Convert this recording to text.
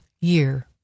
year